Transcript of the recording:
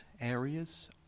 areas